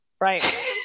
right